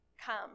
come